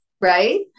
Right